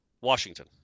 Washington